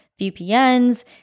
VPNs